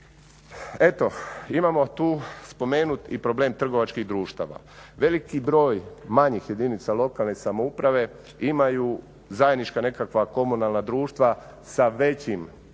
Eto imamo tu spomenuti i problem trgovačkih društava. Veliki broj manjih jedinica lokalne samouprave imaju zajednička nekakva komunalna društva sa većim gradovima i općinama